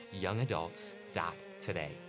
youngadults.today